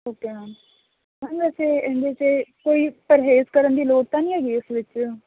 okay ma'am ma'am ਵੈਸੇ ਇਹਦੇ 'ਚ ਕੋਈ ਪਰਹੇਜ਼ ਕਰਨ ਦੀ ਲੋੜ ਤਾਂ ਨਹੀਂ ਹੈਗੀ ਇਸ ਵਿੱਚ